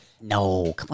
No